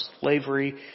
slavery